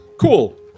Cool